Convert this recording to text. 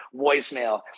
voicemail